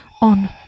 on